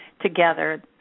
together